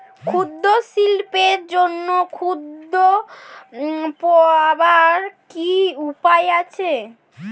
ক্ষুদ্র শিল্পের জন্য ঋণ পাওয়ার কি উপায় আছে?